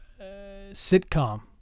sitcom